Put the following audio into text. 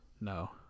No